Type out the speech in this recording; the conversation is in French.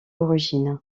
origine